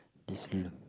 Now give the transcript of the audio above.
this long